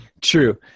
true